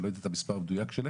אני לא יודע את המספר המדויק שלהם,